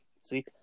See